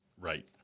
Right